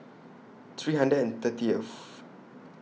three hundred and thirtieth